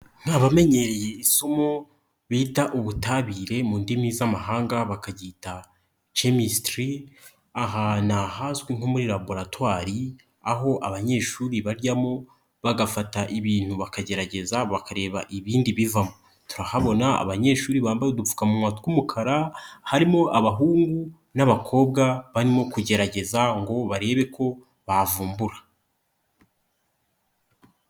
Ni abamenyereye isomo bita ubutabire mu ndimi z'amahanga bakaryita chemistry, aha ni ahazwi nko muri laboratwari aho abanyeshuri baryamo bagafata ibintu bakagerageza bakareba ibindi bivamo, turahabona abanyeshuri bambaye udupfukamunwa tw'umukara ,harimo abahungu n'abakobwa barimo kugerageza ngo barebe ko bavumbura.